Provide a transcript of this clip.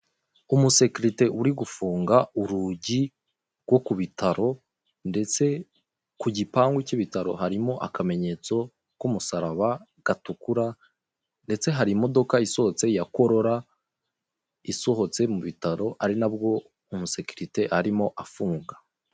Umusekirite uri gufunga urugi rwo ku bitaro ndetse ku gipangu cy'ibitaro harimo akamenyetso k'umusaraba gatukura, ndetse hari imodoka isotse ya korora, isohotse mu bitaro ari nabwo umusekirite arimo afunga.